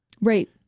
Right